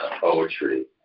poetry